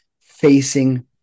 facing